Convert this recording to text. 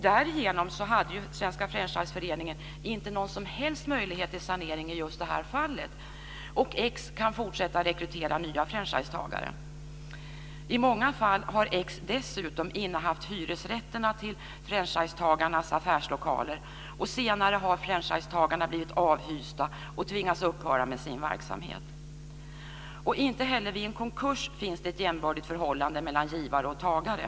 Därigenom hade ju Svenska Franchiseföreningen inte någon som helst möjlighet till sanering i just det här fallet, och x kan fortsätta rekrytera nya franchisetagare. I många fall har x dessutom innehaft hyresrätterna till franchisetagarnas affärslokaler, och senare har franchisetagarna blivit avhysta och tvingats upphöra med sin verksamhet. Inte heller vid en konkurs finns det ett jämbördigt förhållande mellan givare och tagare.